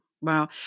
Wow